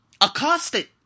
accosted